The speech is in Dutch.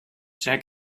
zij